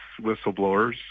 whistleblowers